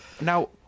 Now